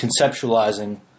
conceptualizing